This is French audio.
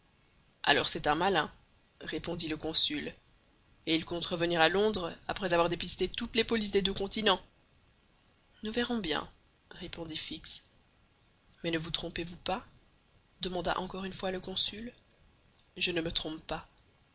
alors c'est un malin répondit le consul et il compte revenir à londres après avoir dépisté toutes les polices des deux continents nous verrons bien répondit fix mais ne vous trompez-vous pas demanda encore une fois le consul je ne me trompe pas